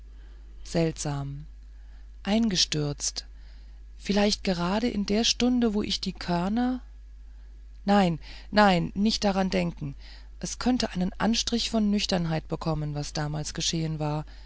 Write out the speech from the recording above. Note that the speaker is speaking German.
seltsam eingestürzt vielleicht gerade in der stunde wo ich die körner nein nein nicht daran denken es könnte einen anstrich von nüchternheit bekommen was damals geschehen war